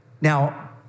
Now